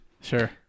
Sure